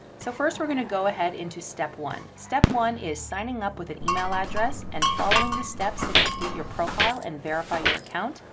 so first, we're going to go ahead into step one. step one is signing up with an email address and following the steps to complete your profile and verify your account.